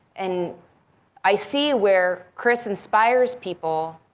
and i see where chris inspires people